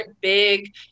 big